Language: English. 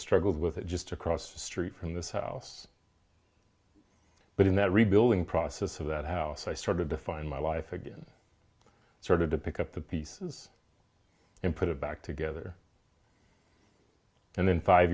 struggled with it just across the street from this house but in that rebuilding process of that house i started to find my life again started to pick up the pieces and put it back together and then five